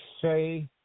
say